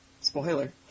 Spoiler